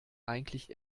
eigentlich